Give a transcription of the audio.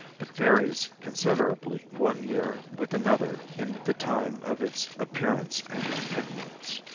but varies considerably one year with another in the time of its appearance and continuance.